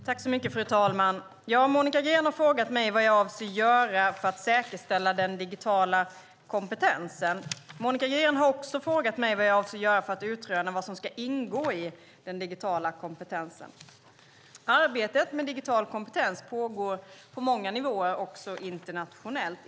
Fru talman! Monica Green har frågat mig vad jag avser att göra för att säkerställa den digitala kompetensen. Monica Green har också frågat mig vad jag avser att göra för att utröna vad som ska ingå i den digitala kompetensen. Arbetet med digital kompetens pågår på många nivåer, också internationellt.